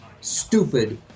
stupid